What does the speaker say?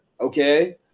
Okay